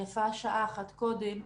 יפה שעה אחת קודם.